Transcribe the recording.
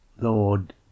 Lord